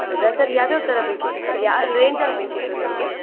ಹೌದಾ ಸರ್ ಯಾವ್ಯಾವ ಥರ ಬೇಕಿತ್ತು ಸರ್ ಯಾವ ರೇಂಜಲ್ಲಿ ಬೇಕಿತ್ತು ನಿಮಗೆ